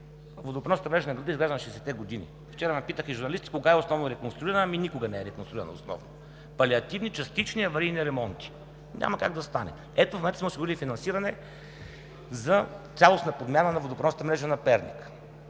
водопреносната мрежа на града е изграждана 60-те години. Вчера ме питаха и журналисти: кога е основно реконструирана? Ами, никога не е реконструирана основно. Палиативни, частични аварийни ремонти. Няма как да стане! Ето, вече сме осигурили финансиране за цялостна подмяна на водопреносната мрежа на Перник.